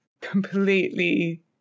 completely